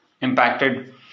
impacted